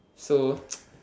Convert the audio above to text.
so